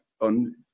on